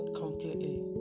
completely